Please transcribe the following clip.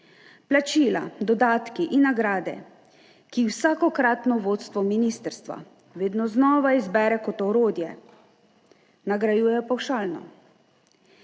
Plačila, dodatki in nagrade, ki jih vsakokratno vodstvo ministrstva vedno znova izbere kot orodje, nagrajujejo pavšalno